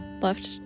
left